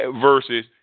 versus